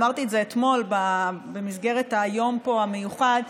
אמרתי את זה אתמול פה במסגרת היום המיוחד,